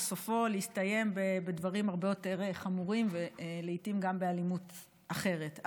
וסופו להסתיים בדברים הרבה יותר חמורים ולעיתים גם באלימות אחרת.